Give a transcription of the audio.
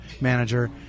manager